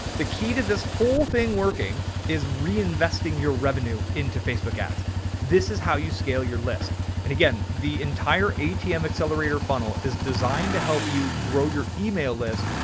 the key to this whole thing working is reinvesting your revenue into facebook. this is how you scale your list. and again, the entire atm accelerator funnel is designed to help you grow your email list.